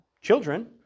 children